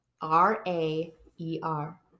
R-A-E-R